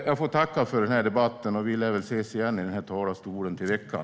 Jag får tacka för den här debatten, och vi lär väl ses igen från den här talarstolen till veckan.